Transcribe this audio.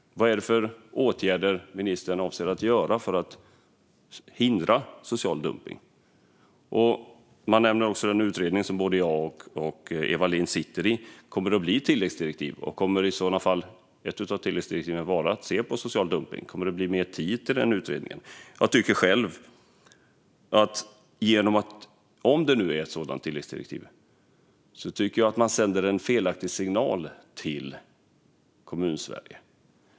Ministern får gärna redogöra för vilka åtgärder som ska hindra social dumpning. Han nämner även den utredning som både Eva Lindh och jag sitter i. Kommer det några tilläggsdirektiv? Kommer ett av tilläggsdirektiven i så fall att vara att man ska titta på social dumpning? Kommer utredningen att få mer tid? Om det kommer sådana tilläggsdirektiv tycker jag att man sänder en felaktig signal till Kommunsverige.